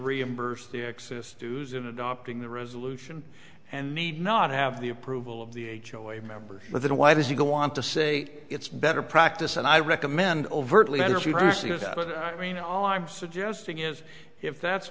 reimburse the excess dues in adopting the resolution and need not have the approval of the h o a s members but then why does he go on to say it's better practice and i recommend overtly i mean all i'm suggesting is if that's